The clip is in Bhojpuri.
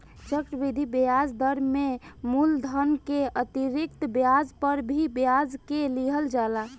चक्रवृद्धि ब्याज दर में मूलधन के अतिरिक्त ब्याज पर भी ब्याज के लिहल जाला